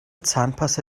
zahnpasta